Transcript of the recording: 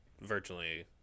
virtually